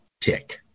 tick